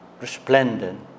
resplendent